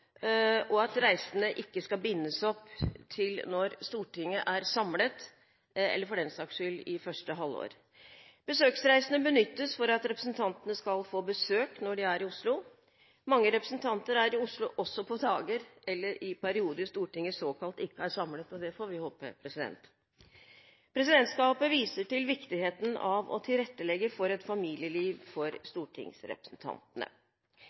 og Oslo, og at reisene ikke skal bindes opp til når Stortinget er samlet, eller, for den saks skyld, én gang i halvåret. Besøksreisene benyttes for at representantene skal få besøk når de er i Oslo. Mange representanter er i Oslo også på dager eller i perioder Stortinget såkalt ikke er samlet – og det får vi håpe. Presidentskapet viser til viktigheten av å tilrettelegge for et familieliv for